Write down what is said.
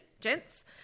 gents